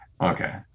Okay